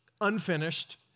unfinished